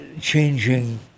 changing